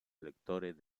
escritores